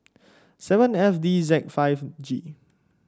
seven F D Z five G